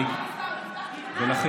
כמה אפשר לשמוע,